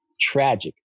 Tragic